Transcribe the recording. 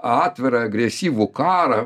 atvirą agresyvų karą